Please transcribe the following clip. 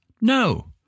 No